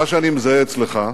מה שאני מזהה אצלך,